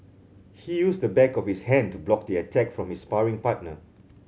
he used the back of his hand to block the attack from his sparring partner